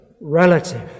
relative